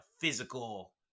physical